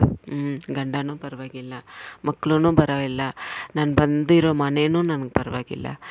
ಹ್ಞೂ ಗಂಡನು ಪರವಾಗಿಲ್ಲ ಮಕ್ಳು ಪರವಾಗಿಲ್ಲ ನಾನು ಬಂದಿರೊ ಮನೆಯೂ ನಂಗೆ ಪರವಾಗಿಲ್ಲ